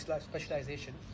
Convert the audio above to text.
specialization